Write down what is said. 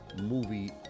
movie